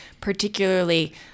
particularly